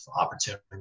opportunity